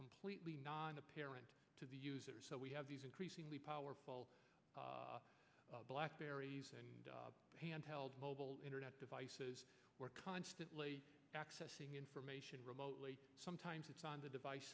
completely not apparent to the user so we have these increasingly powerful blackberries and hand held mobile internet devices we're constantly accessing information remotely sometimes it's on the device